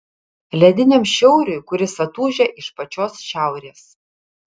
lediniam šiauriui kuris atūžia iš pačios šiaurės